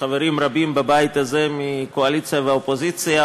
חברים רבים בבית הזה מהקואליציה והאופוזיציה,